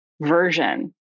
version